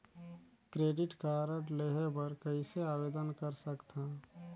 Credit card लेहे बर कइसे आवेदन कर सकथव?